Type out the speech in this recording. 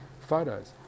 photos